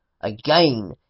Again